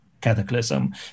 cataclysm